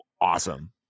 Awesome